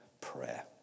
prayer